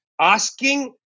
asking